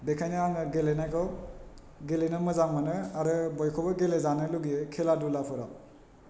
बेखायनो आङो गेलेनायखौ गेलेनो मोजां मोनो आरो बयखौबो गेले जानो लुगैयो खेला दुलाफोराव